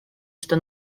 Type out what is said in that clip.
что